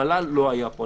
המל"ל לא היה פה.